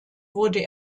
wurde